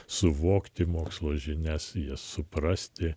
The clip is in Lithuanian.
suvokti mokslo žinias jas suprasti